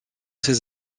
ses